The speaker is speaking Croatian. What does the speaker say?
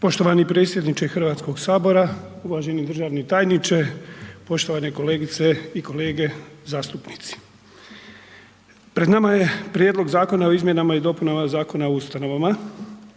Poštovani predsjedniče HS-a, uvaženi državni tajniče, poštovane kolegice i kolege zastupnici. Pred nama je Prijedlog zakona o izmjenama i dopunama Zakona o ustanovama.